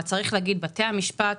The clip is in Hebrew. אבל בתי המשפט